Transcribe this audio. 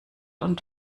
und